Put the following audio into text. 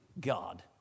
God